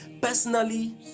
Personally